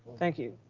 thank you,